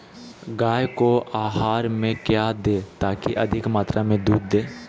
गाय को आहार में क्या दे ताकि अधिक मात्रा मे दूध दे?